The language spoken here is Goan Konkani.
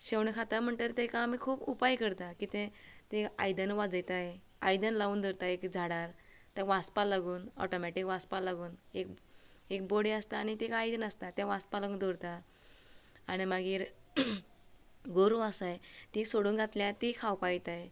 शेवणे खाता म्हणटर तेका आमी खूब उपाय करता कितें ते आयदनां वाजयताय आयदन लावून धरताय एका झाडार ते वाजपा लागून ऑटॉमेटीक वाजपा लागून एक एक बोडी आसता आनी ती आयदन आसता ते वाजता लागून दवरतात आनी मागीर गोरवां आसाय ती सोडून घातल्यार ती खावपा येताय